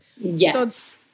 Yes